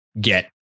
get